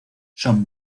son